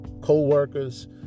co-workers